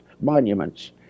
monuments